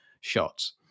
shots